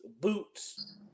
boots